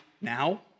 now